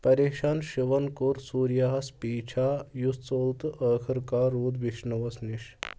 پریشان شِوَن کور سوریاہَس پیٖچھا یُس ژوٚل تہٕ ٲخٕرکار روٗد وشنووَس نِش